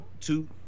Two